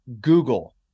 Google